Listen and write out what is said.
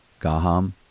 Gaham